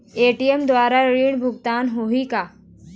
ATM द्वारा ऋण भुगतान होही का?